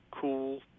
Cool